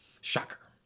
Shocker